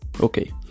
okay